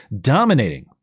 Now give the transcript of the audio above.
dominating